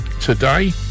today